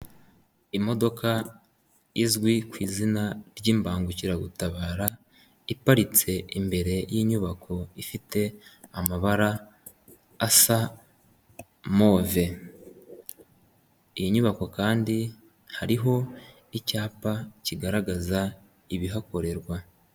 Imodoka izwi ku izina ry'imbangukiragutabara iparitse imbere y'inyubako ifite amabara asa move, iyi nyubako kandi hariho icyapa kigaragaza ibihakorerwa.